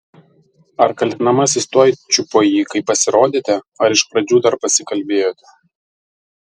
ar kaltinamasis tuoj čiupo jį kai pasirodėte ar iš pradžių dar pasikalbėjote